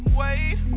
wait